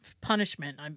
punishment